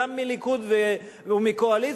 גם מהליכוד ומהקואליציה,